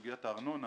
לסוגיית הארנונה